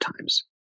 times